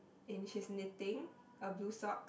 and she's knitting a blue sock